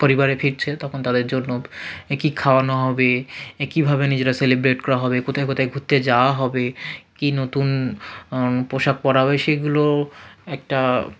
পরিবারে ফিরছে তখন তাদের জন্য কী খাওয়ানো হবে কীভাবে নিজেরা সেলিব্রেট করা হবে কোথায় কোথায় ঘুরতে যাওয়া হবে কী নতুন পোশাক পরা হবে সেইগুলো একটা